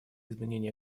изменения